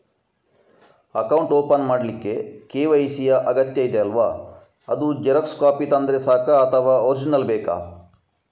Account open ಮಾಡ್ಲಿಕ್ಕೆ KYC ಯಾ ಅಗತ್ಯ ಇದೆ ಅಲ್ವ ಅದು ಜೆರಾಕ್ಸ್ ಕಾಪಿ ತಂದ್ರೆ ಸಾಕ ಅಥವಾ ಒರಿಜಿನಲ್ ಬೇಕಾ?